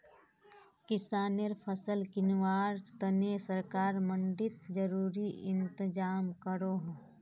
किस्सानेर फसल किंवार तने सरकार मंडित ज़रूरी इंतज़ाम करोह